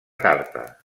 carta